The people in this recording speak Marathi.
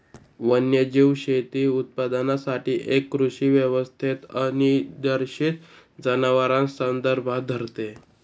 वन्यजीव शेती उत्पादनासाठी एक कृषी व्यवस्थेत अनिर्देशित जनावरांस संदर्भात धरते